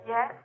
Yes